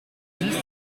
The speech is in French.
dix